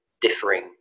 differing